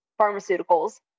pharmaceuticals